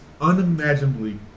unimaginably